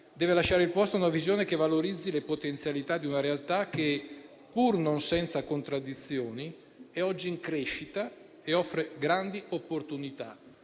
deve lasciare il posto a una visione che valorizzi le potenzialità di una realtà che, pur non senza contraddizioni, è oggi in crescita e offre grandi opportunità.